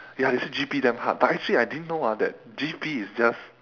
ya they say G_P damn hard but actually I didn't know ah that G_P is just